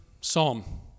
psalm